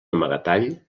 amagatall